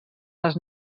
les